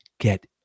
Get